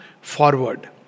forward